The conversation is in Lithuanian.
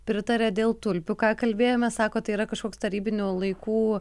pritaria dėl tulpių ką kalbėjome sako tai yra kažkoks tarybinių laikų